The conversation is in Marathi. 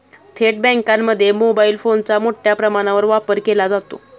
थेट बँकांमध्ये मोबाईल फोनचा मोठ्या प्रमाणावर वापर केला जातो